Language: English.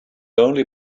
only